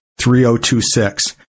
3026